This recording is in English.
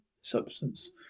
substance